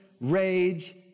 rage